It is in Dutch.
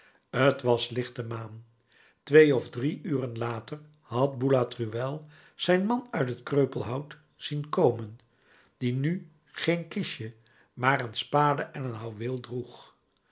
t was lichte maan twee of drie uren later had boulatruelle zijn man uit het kreupelhout zien komen die nu geen kistje maar een spade en een houweel droeg